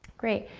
great.